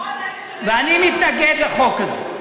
ואני מתנגד לחוק הזה,